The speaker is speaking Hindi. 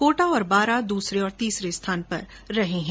कोटा और बारां दूसरे और तीसरे स्थान पर रहे हैं